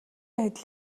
адил